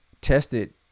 tested